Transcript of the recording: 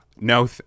No